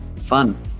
fun